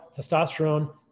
testosterone